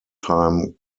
time